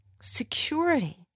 Security